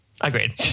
Agreed